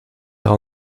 all